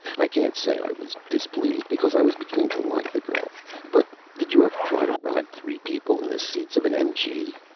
i can't say i was displeased, because i was beginning to like the girl but did you ever try to ride three people in the seats of an mg?